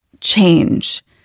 change